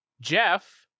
Jeff